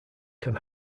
can